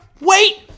wait